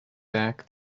back